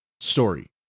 story